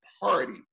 Party